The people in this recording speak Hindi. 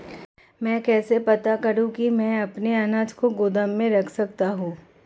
मैं कैसे पता करूँ कि मैं अपने अनाज को गोदाम में रख सकता हूँ?